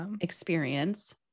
experience